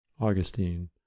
Augustine